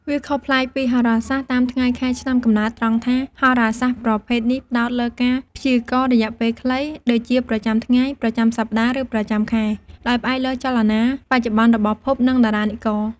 វាខុសប្លែកពីហោរាសាស្ត្រតាមថ្ងៃខែឆ្នាំកំណើតត្រង់ថា ហោរាសាស្ត្រប្រភេទនេះផ្ដោតលើការ ព្យាករណ៍រយៈពេលខ្លី ដូចជាប្រចាំថ្ងៃ ប្រចាំសប្តាហ៍ ឬប្រចាំខែ ដោយផ្អែកលើចលនាបច្ចុប្បន្នរបស់ភព និងតារានិករ។